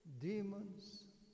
demons